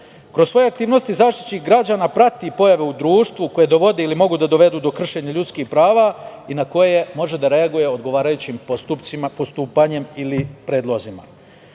Kroz svoje aktivnosti Zaštitnik građana prati pojave u društvu koje dovode ili mogu da dovedu do kršenja ljudskih prava i na koje može da reaguje odgovarajućim postupcima,